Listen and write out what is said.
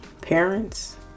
parents